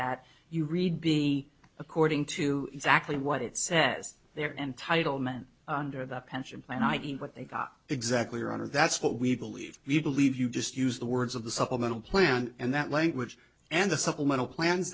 that you read be according to exactly what it says their entitlement under the pension plan i e what they got exactly or under that's what we believe we believe you just use the words of the supplemental plan and that language and the supplemental plans